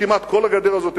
כמעט כל הגדר הזאת,